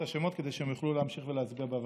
השמות כדי שהם יוכלו להמשיך ולהצביע בוועדות.